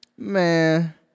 Man